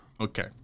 Okay